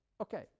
Okay